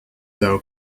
thou